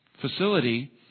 facility